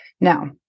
Now